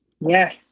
Yes